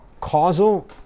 causal